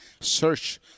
search